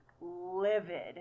livid